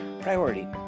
Priority